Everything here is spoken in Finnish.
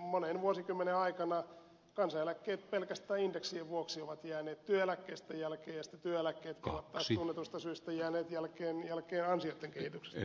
monen vuosikymmenen aikana kansaneläkkeet pelkästään indeksien vuoksi ovat jääneet työeläkkeistä jälkeen ja sitten työeläkkeet taas tunnetuista syistä ovat jääneet jälkeen ansioitten kehityksestä